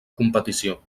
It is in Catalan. competició